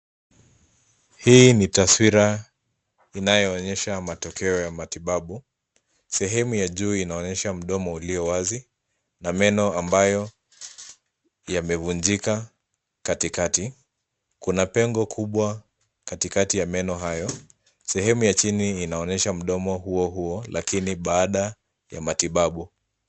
Hii ni taswira inayoonyesha matokeo ya matibabu, sehemu ya juu inaonyesha mdomo ulio wazi na meno ambayo yamevunjika katikati. Kuna pengo kubwa, katikati ya meno hayo, sehemu ya chini inaonyesha mdomo huohuo lakini baada ya matibabu.